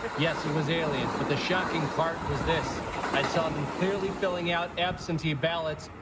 but yes, it was aliens, but the shocking part was this i saw them clearly filling out absentee ballots.